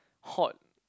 hot